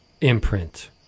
imprint